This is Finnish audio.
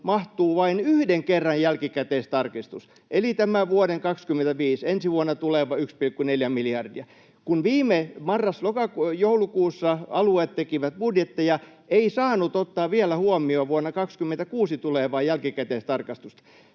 mahtuu vain yhden kerran jälkikäteistarkistus, eli tämä vuoden 25 eli ensi vuonna tuleva 1,4 miljardia. Kun viime marras—joulukuussa alueet tekivät budjetteja, ei saanut ottaa vielä huomioon vuonna 26 tulevaa jälkikäteistarkistusta.